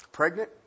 Pregnant